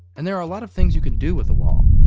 and there are a lot of things you can do with a wall.